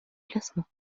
classement